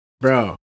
Bro